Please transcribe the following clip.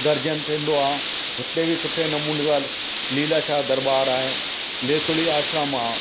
गॾिजणु थींदो आहे हिते बि सुठे नमूने सां लीलाशाह दरॿार आहे लेसुड़ी आश्रम आहे